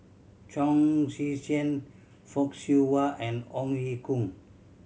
Chong Tze Chien Fock Siew Wah and Ong Ye Kung